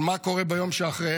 על מה קורה ביום שאחרי.